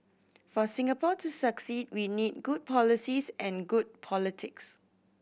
for Singapore to succeed we need good policies and good politics